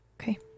okay